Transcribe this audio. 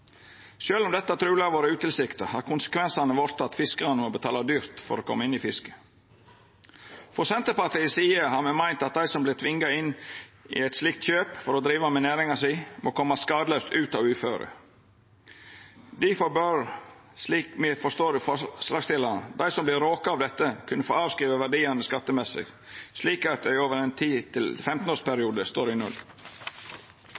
om dette truleg ikkje har vore tilsikta, har konsekvensane vorte at fiskarane har måtta betala dyrt for å koma inn i fisket. I Senterpartiet har me meint at dei som vert tvinga inn i eit slikt kjøp for å driva med næringa si, må koma skadelaust ut av uføret. Difor bør – slik me forstår forslagsstillarane – dei som vert råka av dette, kunna få avskriva verdiane skattemessig, slik at dei over ein